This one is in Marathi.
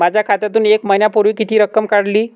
माझ्या खात्यातून एक महिन्यापूर्वी किती रक्कम काढली?